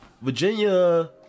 virginia